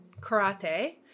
karate